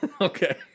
Okay